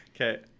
Okay